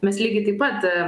mes lygiai taip pat